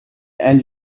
and